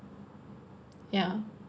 ya